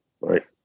Right